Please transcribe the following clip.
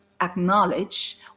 acknowledge